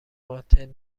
قاتل